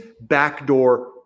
backdoor